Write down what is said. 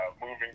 moving